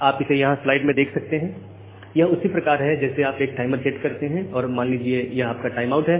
आप इसे यहां स्लाइड में देख सकते हैं यह उसी प्रकार है जैसे आप एक टाइमर सेट करते हैं और मान लीजिए यह आपका टाइम आउट है